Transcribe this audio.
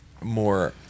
more